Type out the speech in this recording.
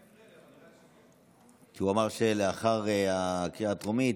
הוא אמר שלאחר הקריאה הטרומית,